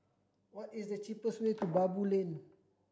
what is the cheapest way to Baboo Lane